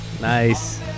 Nice